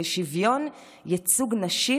לשוויון ייצוג נשים,